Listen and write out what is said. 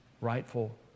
rightful